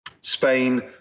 Spain